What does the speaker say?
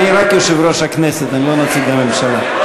אני רק יושב-ראש הכנסת, אני לא נציג הממשלה.